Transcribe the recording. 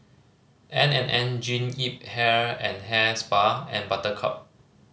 N and N Jean Yip Hair and Hair Spa and Buttercup